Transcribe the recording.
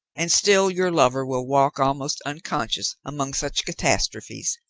and still your lover will walk almost unconscious among such catastrophes,